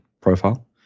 profile